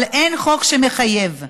אבל אין חוק שמחייב.